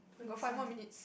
got five more minute